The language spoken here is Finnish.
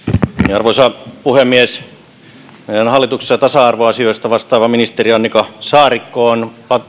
arvoisa puhemies meidän hallituksessa tasa arvoasioista vastaava ministeri annika saarikko on